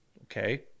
Okay